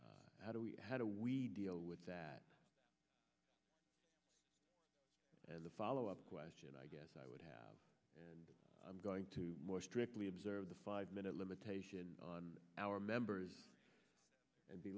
how do we how do we deal with that and a follow up question i guess i would have and i'm going to strictly observe the five minute limitation on our members and be